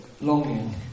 longing